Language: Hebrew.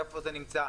איפה זה נמצא,